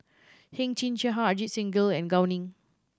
Heng Chee How Ajit Singh Gill and Gao Ning